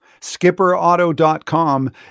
SkipperAuto.com